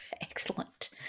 Excellent